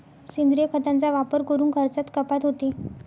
सेंद्रिय खतांचा वापर करून खर्चात कपात होते